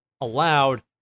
allowed